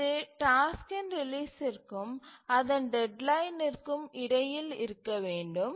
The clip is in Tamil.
இது டாஸ்க்கின் ரிலீஸ்சிற்கும் அதன் டெட்லைனிற்கும் இடையில் இருக்க வேண்டும்